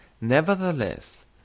nevertheless